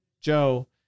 Joe